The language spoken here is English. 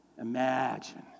Imagine